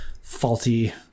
faulty